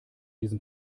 diesem